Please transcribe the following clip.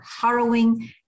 harrowing